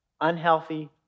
Unhealthy